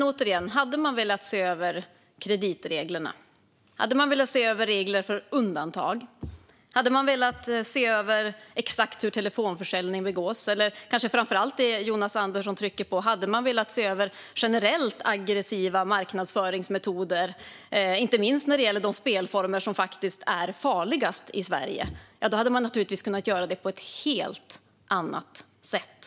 Återigen: Om man hade velat se över kreditreglerna, om man hade velat se över reglerna om undantag, om man hade velat se över exakt hur telefonförsäljning bedrivs och om man hade velat se över det som Jonas Andersson framför allt betonar, nämligen generellt aggressiva marknadsföringsmetoder, inte minst när det gäller de spelformer som faktiskt är farligast i Sverige, hade man naturligtvis kunnat göra detta på ett helt annat sätt.